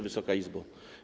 Wysoka Izbo!